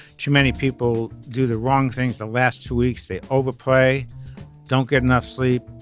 too many people do the wrong things the last two weeks they overplay don't get enough sleep.